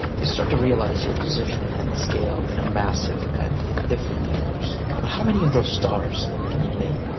you start to realize your position and scale in a massive and indifferent universe but how many of those stars can you name?